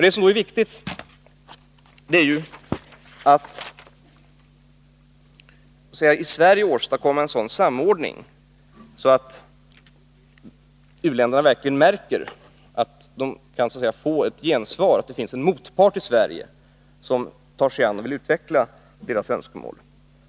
Det viktiga är att i Sverige åstadkomma en sådan samordning att u-länderna verkligen märker att de kan få ett gensvar, att det finns en motpart i Sverige som tar sig an och vill utveckla deras önskemål.